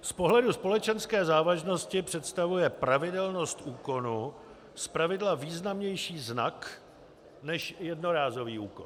Z pohledu společenské závažnosti představuje pravidelnost úkonu zpravidla významnější znak než jednorázový úkon.